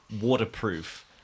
waterproof